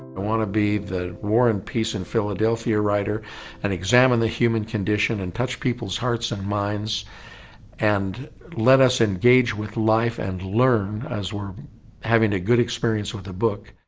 want to be the war and peace in philadelphia writer and examined the human condition and touch people's hearts and minds and let us engage with life and learn as we're having a good experience with the book.